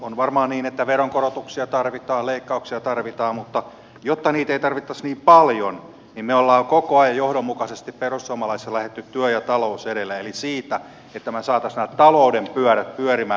on varmaan niin että veronkorotuksia tarvitaan leikkauksia tarvitaan mutta jotta niitä ei tarvittaisi niin paljon me olemme koko ajan johdonmukaisesti perussuomalaisissa lähteneet työ ja talous edellä eli siitä että me saisimme nämä talouden pyörät pyörimään